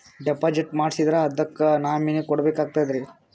Deposit ಮಾಡ್ಸಿದ್ರ ಅದಕ್ಕ nominee ಕೊಡಬೇಕಾಗ್ತದ್ರಿ?